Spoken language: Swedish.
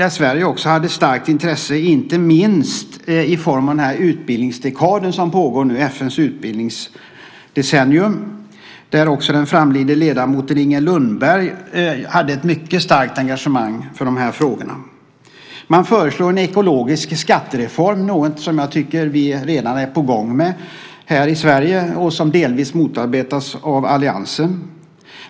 Där har Sverige också ett starkt intresse, inte minst i form av den utbildningsdekad som nu pågår, FN:s utbildningsdecennium, där också den framlidna ledamoten Inger Lundberg hade ett mycket starkt engagemang. Man föreslår en ekologisk skattereform, något som jag tycker att vi redan är på gång med här i Sverige och som delvis motarbetas av alliansen.